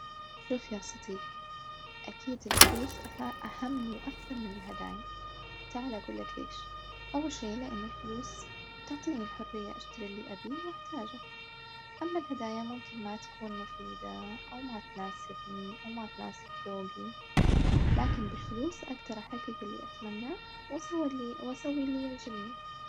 شوف يا صديقي، أكيد الفلوس أه- أهم وأحسن من الهدايا تعالى أجولك ليش؟ أول شي لإن الفلوس تعطيني الحرية أشتري الأبيه وأحتاجه، أما الهدايا ممكن ما تكون مفيدة أو ما تناسبني أو ما تناسب ذوقي، لكن بالفلوس أقدر أحجج الأتمناه وأسور- وأسوي اليعجبني.